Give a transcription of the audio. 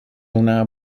una